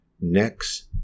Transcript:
next